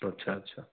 अच्छा अच्छा